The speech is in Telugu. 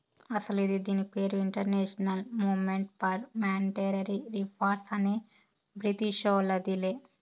అస్సలు ఇది దీని పేరు international movement for monetary reform అనే బ్రిటీషోల్లదిలే